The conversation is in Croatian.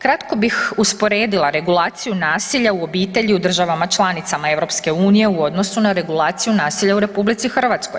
Kratko bih usporedila regulaciju nasilja u obitelji u državama članicama EU u odnosu na regulaciju nasilja u RH.